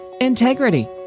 integrity